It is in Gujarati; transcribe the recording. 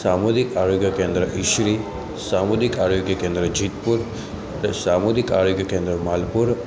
સામુદાયિક આરોગ્ય કેન્દ્ર ઇસરી સામુદાયિક આરોગ્ય કેન્દ્ર જેતપુર તથા સમુદાયિક આરોગ્ય કેન્દ્ર માલપુર